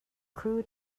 crew